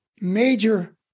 major